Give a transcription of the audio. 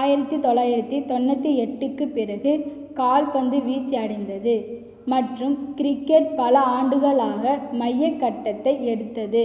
ஆயிரத்தி தொள்ளாயிரத்தி தொண்ணூற்றி எட்டுக்குப் பிறகு கால்பந்து வீழ்ச்சியடைந்தது மற்றும் கிரிக்கெட் பல ஆண்டுகளாக மையக் கட்டத்தை எடுத்தது